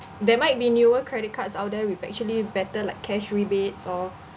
there might be newer credit cards out there with actually better like cash rebates or